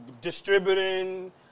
distributing